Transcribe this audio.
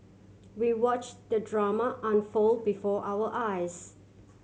we watch the drama unfold before our eyes